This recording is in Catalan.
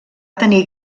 tenir